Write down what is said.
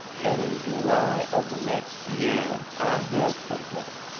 and in july of the next year i heard from her.